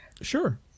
sure